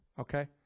okay